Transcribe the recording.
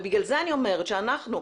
ובגלל זה אני אומרת שאנחנו,